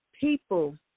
People